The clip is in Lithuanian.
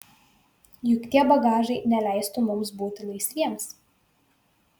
juk tie bagažai neleistų mums būti laisviems